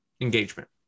engagement